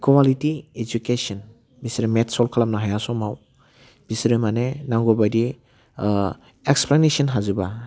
quality education बिसोरो maths solve खालामनो हाया समाव बिसोरो माने नांगौबादियै एक्सप्लेनेसन हाजोबा